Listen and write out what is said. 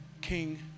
king